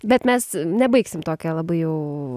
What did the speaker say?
bet mes nebaigsim tokia labai jau